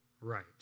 right